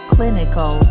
Clinical